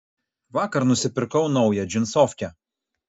vakar nusipirkau naują džinsofkę